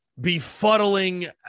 befuddling